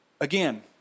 Again